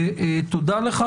ותודה לך.